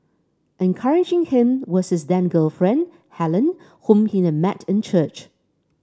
encouraging him was his then girlfriend Helen whom he had met in church